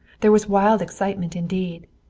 there was wild excitement indeed.